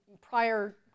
prior